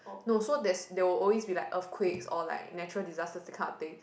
no so there's there will also be like earthquakes or like natural disasters that these kind of thing